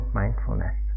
mindfulness